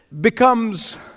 becomes